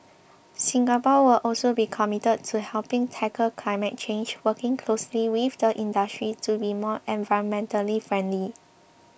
Singapore will also be committed to helping tackle climate change working closely with the industry to be more environmentally friendly